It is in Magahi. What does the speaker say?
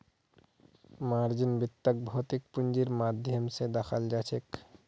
मार्जिन वित्तक भौतिक पूंजीर माध्यम स दखाल जाछेक